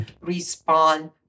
respond